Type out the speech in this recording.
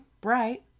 bright